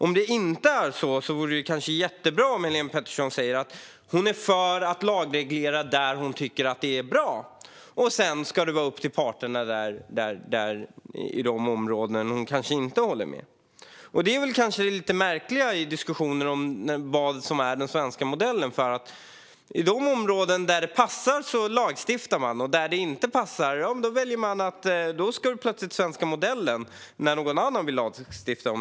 Om det inte är så vore det jättebra om Helén Pettersson säger att hon är för att lagreglera där hon tycker att det är bra och att det sedan ska vara upp till parterna på de områden där hon kanske inte håller med. Det här är det lite märkliga i diskussionen om vad som är den svenska modellen, för på de områden där det passar lagstiftar man, och där det inte passar, när någon annan vill lagstifta på området, är det plötsligt den svenska modellen som gäller.